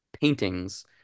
paintings